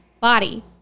body